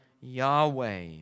Yahweh